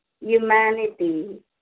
humanity